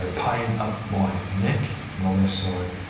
ah pain up my neck on the left side,